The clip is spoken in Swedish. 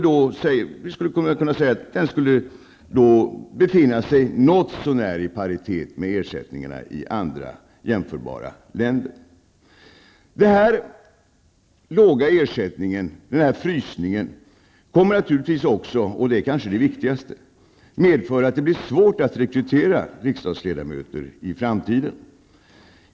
Den skulle något sånär befinna sig i paritet med ersättningarna i jämförbara länder. Denna låga ersättning, frysningen, kommer naturligtvis också, och det är kanske det viktigaste, att medföra att det i framtiden blir svårt att rekrytera riksdagsledamöter.